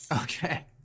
Okay